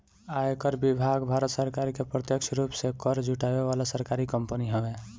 आयकर विभाग भारत सरकार के प्रत्यक्ष रूप से कर जुटावे वाला सरकारी कंपनी हवे